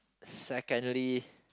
secondly